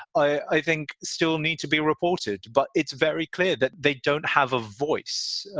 i think still need to be reported. but it's very clear that they don't have a voice.